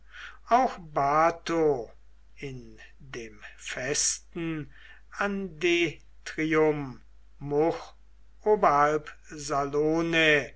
auch bato in dem festen andetrium